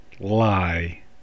lie